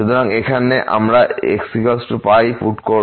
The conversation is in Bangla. সুতরাং এখানে আমরা xπ পুট করবো